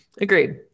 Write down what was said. Agreed